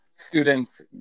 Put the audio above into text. students